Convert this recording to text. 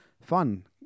fun